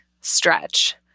stretch